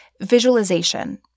visualization